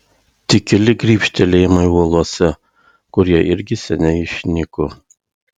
tik keli grybštelėjimai uolose kurie irgi seniai išnyko